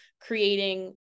creating